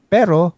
Pero